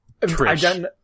Trish